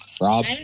Rob